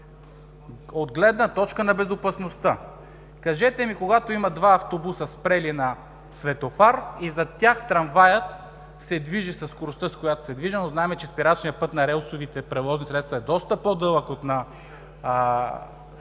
от гледна точка на безопасността. Кажете ми, когато има два автобуса, спрели на светофар, и зад тях трамваят се движи със скоростта, с която се движи, но знаем, че спирачният път на релсовите превозни средства е доста по-дълъг от този